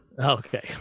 Okay